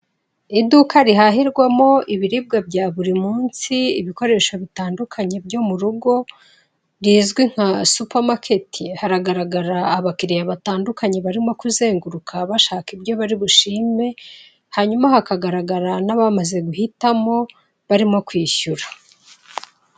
Iduka rihahirwamo ibiribwa bya buri munsi ibikoresho bitandukanye byo mu rugo rizwi nka supamaketi haragaragara abakiriya batandukanye barimo kuzenguruka bashaka ibyo bari bushime hanyuma hakagaragara n'abamaze guhitamo barimo kwishyura.